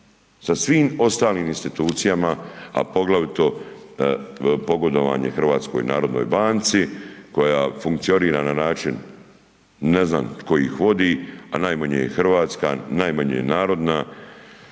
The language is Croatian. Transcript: sa svim ostalim institucijama, a poglavito pogodovanje Hrvatskoj narodnoj banci koja funkcionira na način, ne znam tko ih vodi, a najmanje je Hrvatska, najmanje je narodna